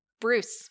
Bruce